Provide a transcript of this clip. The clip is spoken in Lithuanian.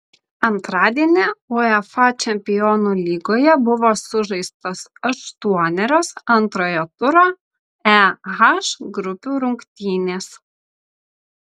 antradienį uefa čempionų lygoje buvo sužaistos aštuonerios antrojo turo e h grupių rungtynės